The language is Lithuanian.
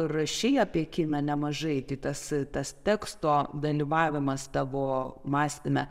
rašei apie kiną nemažai tai tas tas teksto dalyvavimas tavo mąstyme